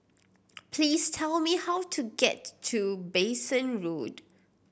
please tell me how to get to Bassein Road